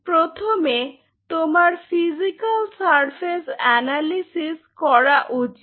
প্রথমে তোমার physical surface analysis করা উচিত